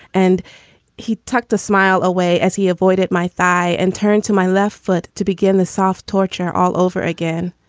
and he tucked a smile away as he avoided my thigh and turned to my left foot to begin the soft torture all over again.